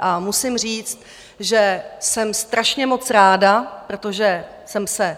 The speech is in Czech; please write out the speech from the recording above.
A musím říct, že jsem strašně moc ráda, protože jsem se